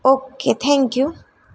okay thank you